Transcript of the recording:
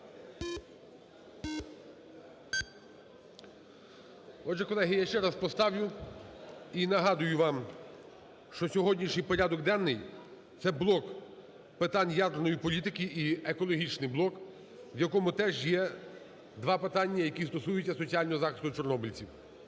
Отже, колеги, я ще раз поставлю. І нагадую вам, що сьогоднішній порядок денний - це блок питань ядерної політики і екологічний блок, в якому теж є два питання, які стосуються соціального захисту чорнобильців.